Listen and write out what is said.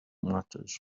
matters